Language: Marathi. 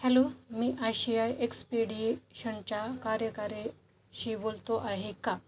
हॅलो मी आशिआय एक्सपीडीशनच्या कार्यकारी शी बोलतो आहे का